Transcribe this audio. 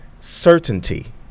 certainty